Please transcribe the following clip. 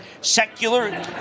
secular